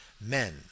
Men